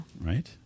Right